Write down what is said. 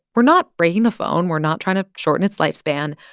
we're not breaking the phone. we're not trying to shorten its lifespan.